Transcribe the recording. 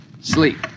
Sleep